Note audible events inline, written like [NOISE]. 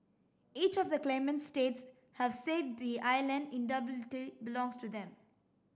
each of the claimant states have said the island [UNINTELLIGIBLE] belongs to them